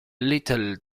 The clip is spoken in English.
little